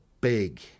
big